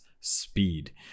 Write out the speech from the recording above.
speed